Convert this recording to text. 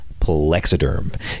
Plexiderm